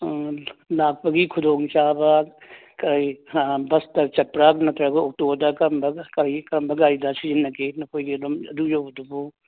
ꯑꯥ ꯂꯥꯛꯄꯒꯤ ꯈꯨꯗꯣꯡ ꯆꯥꯕ ꯀꯔꯤ ꯕꯁꯇ ꯆꯠꯄ꯭ꯔꯥ ꯑꯗꯨ ꯅꯠꯇ꯭ꯔꯒ ꯑꯣꯛꯇꯣꯗ ꯀꯔꯝꯕ ꯀꯔꯤ ꯀꯔꯝꯕ ꯒꯥꯔꯤꯗ ꯁꯤꯖꯤꯟꯅꯒꯦ ꯅꯈꯣꯏꯒꯤ ꯑꯗꯨ ꯌꯧꯕꯗꯨꯕꯨ